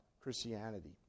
Christianity